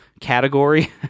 category